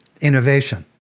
innovation